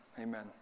amen